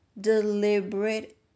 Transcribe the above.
deliberate